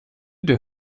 der